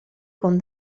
con